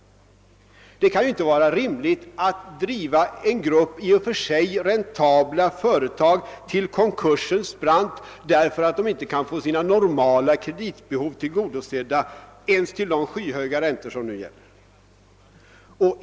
Det kan inte vara rimligt att driva en grupp av i och för sig räntabla företag till konkursens brant därför att de inte kan få sina normala kreditbehov tillgodosedda ens till de skyhöga räntor som nu gäller.